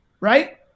Right